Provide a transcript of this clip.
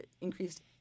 increased